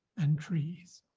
and trees.